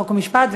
חוק ומשפט,